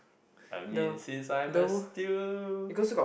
I mean since I'm a still